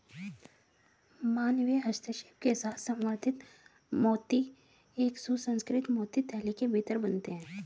मानवीय हस्तक्षेप के साथ संवर्धित मोती एक सुसंस्कृत मोती थैली के भीतर बनते हैं